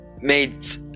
made